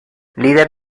líder